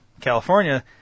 California